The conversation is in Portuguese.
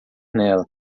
nela